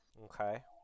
Okay